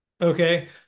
Okay